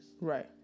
Right